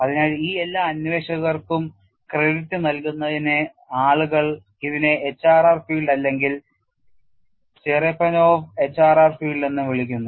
അതിനാൽ ഈ എല്ലാ അന്വേഷകർക്കും ക്രെഡിറ്റ് നൽകുന്നതിന് ആളുകൾ ഇതിനെ HRR ഫീൽഡ് അല്ലെങ്കിൽ ചെറെപനോവ് HRR ഫീൽഡ് എന്ന് വിളിക്കുന്നു